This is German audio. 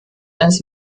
eines